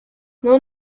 nur